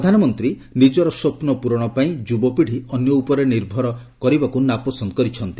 ପ୍ରଧାନମନ୍ତ୍ରୀ ନିଜର ସ୍ୱପ୍ନ ପୂରଣ ପାଇଁ ଯୁବପୀଢ଼ି ଅନ୍ୟଉପରେ ନିର୍ଭର କରିବାକୁ ନାପସନ୍ଦ କରିଛନ୍ତି